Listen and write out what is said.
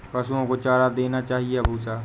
पशुओं को चारा देना चाहिए या भूसा?